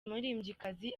umuririmbyikazi